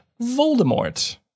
Voldemort